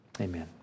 Amen